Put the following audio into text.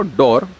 door